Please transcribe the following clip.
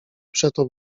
przeto